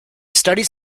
studies